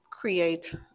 create